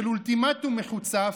של אולטימטום מחוצף,